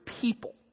people